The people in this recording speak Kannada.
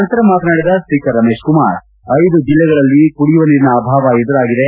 ನಂತರ ಮಾತನಾಡಿದ ಸ್ವೀಕರ್ ರಮೇಶ್ ಕುಮಾರ್ ಐದು ಜಿಲ್ಲೆಗಳಲ್ಲಿ ಕುಡಿಯುವ ನೀರಿನ ಅಭಾವ ಎದುರಾಗಿದೆ